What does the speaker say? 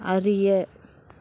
அறிய